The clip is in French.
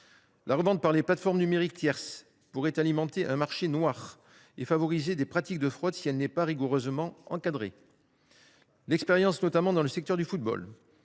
La revente par des plateformes numériques tierces pourrait alimenter un marché noir et favoriser des pratiques de fraude si elle n’est pas rigoureusement encadrée. L’expérience, notamment dans le secteur du football,